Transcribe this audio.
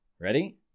Ready